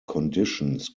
conditions